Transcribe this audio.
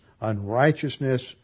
unrighteousness